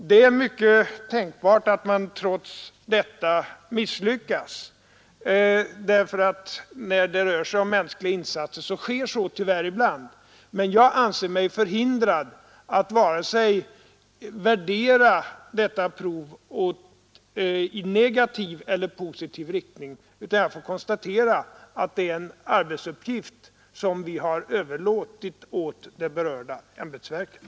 Det är fullt tänkbart att man trots detta misslyckats — när det rör sig om mänskliga insatser sker tyvärr så ibland — men jag anser mig förhindrad att värdera detta prov vare sig i negativ eller positiv riktning. Jag kan bara konstatera att det är en arbetsuppgift som vi har överlåtit åt det berörda ämbetsverket.